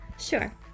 Sure